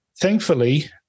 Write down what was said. Thankfully